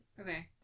Okay